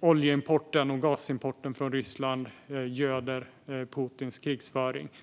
Oljeimporten och gasimporten från Ryssland göder Putins krigföring.